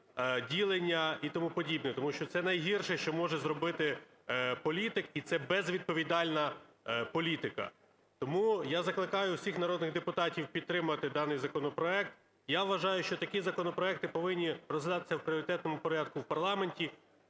ділення і тому подібне. Тому що це найгірше, що може зробити політик, і це безвідповідальна політика. Тому я закликаю всіх народних депутатів підтримати даний законопроект. Я вважаю, що такі законопроекти повинні розглядатися в пріоритетному порядку в парламенті,